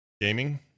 gaming